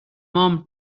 mom